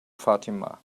fatima